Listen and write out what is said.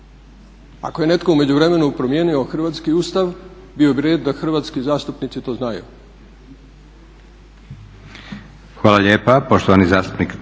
Ako je netko u međuvremenu promijenio hrvatski ustav bio bi red da hrvatski zastupnici to znaju.